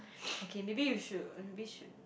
okay maybe you should maybe should